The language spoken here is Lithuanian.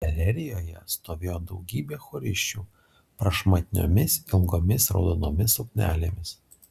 galerijoje stovėjo daugybė chorisčių prašmatniomis ilgomis raudonomis suknelėmis